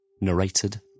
Narrated